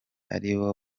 aribo